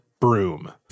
broom